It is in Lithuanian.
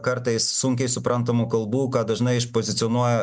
kartais sunkiai suprantamų kalbų ką dažnai išpozicionuoja